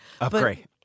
Upgrade